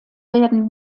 werden